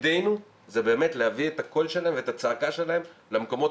תפקידנו זה להביא את הקול שלהם ואת הצעקה שלהם למקומות